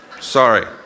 Sorry